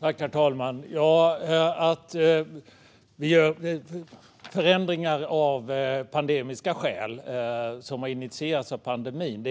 Herr talman! Ja, att vi gör förändringar av pandemiska skäl är